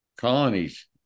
colonies